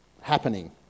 happening